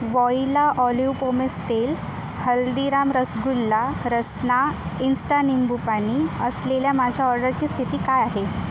voila olive pomace तेल Haldiram rasgulla Rasna insta निंबुपानी असलेल्या माझ्या ऑर्डरची स्थिती काय आहे